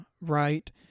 right